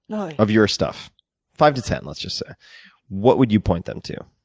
of your stuff five to ten, let's just say what would you point them to?